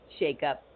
shakeup